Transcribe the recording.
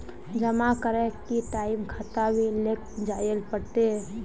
जमा करे के टाइम खाता भी लेके जाइल पड़ते?